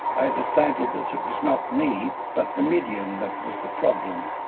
i decided that it was not me but the medium that was the problem.